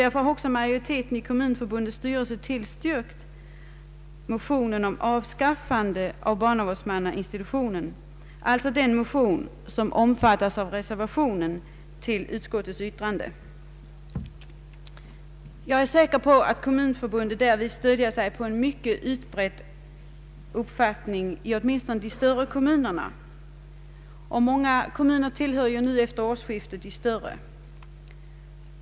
Därför har också majoriteten av Kommunförbundets styrelse tillstyrkt motionerna om avskaffande av barnavårdsmannainstitutionen, alltså de motioner som omfattas av reservationen vid utskottets utlåtande. Jag är säker på att Kommunförbundet därvid stöder sig på en mycket utbredd uppfattning i åtminstone de större kommunerna, och många kommuner tillhör ju nu efter årsskiftet de större.